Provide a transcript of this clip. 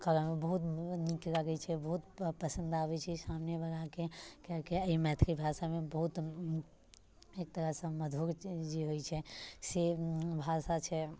करऽ मे बहुत मन नीक लगैत छै बहुत पसंद आबैत छै सामने बलाके किआकि एहि मैथिली भाषामे बहुत एक तरहसँ मधुर जे होइत छै से भाषा छै